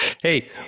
Hey